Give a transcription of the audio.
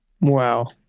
Wow